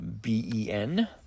B-E-N